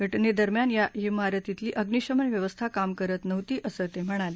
घटनेदरम्यान या श्रारतीतली अग्निशमन व्यवस्था काम करत नव्हती असं ते म्हणाले